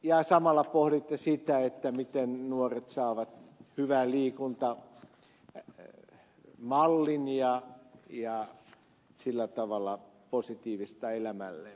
ja samalla pohditte sitä että miten nuoret saavat hyvän liikuntamallin ja sillä tavalla positiivista elämälleen